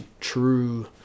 true